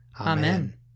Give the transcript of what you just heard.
Amen